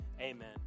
Amen